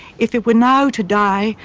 if it were now to die,